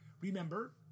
Remember